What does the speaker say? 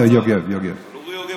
יוגב, יוגב.